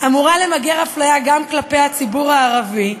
אמורה למגר אפליה גם כלפי הציבור הערבי.